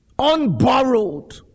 Unborrowed